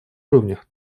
уровнях